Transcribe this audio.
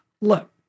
look